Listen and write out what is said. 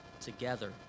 together